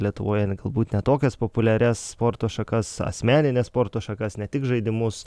lietuvoje galbūt ne tokias populiarias sporto šakas asmenines sporto šakas ne tik žaidimus